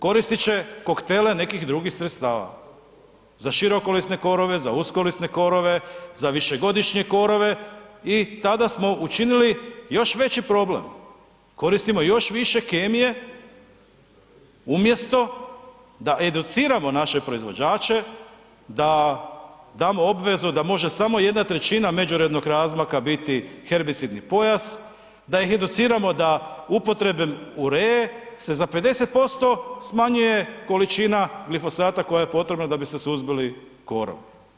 Koristit će koktele nekih drugih sredstava za širokolisne korove, za uskolisne korove, za višegodišnje korove i tada smo učinili još veći problem, koristimo još više kemije, umjesto da educiramo naše proizvođače, da damo obvezu da može samo 1/3 međurednog razmaka biti herbicidni pojas, da ih educiramo da upotrebom uree se za 50% smanjuje količina glifosata koja je potrebna da bi se suzbili korovi.